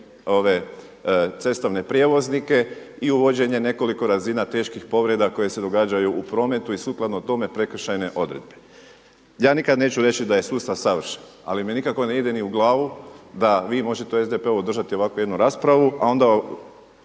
cestovne prijevoznike i uvođenje nekoliko razina teških povreda koje se događaju u prometu i sukladno tome prekršajne odredbe. Ja nikad neću reći da je sustav savršen, ali mi nikako ne ide u glavu da vi možete u SDP-u održati ovakvu jednu raspravu, a onda